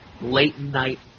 late-night